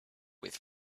with